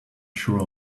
sure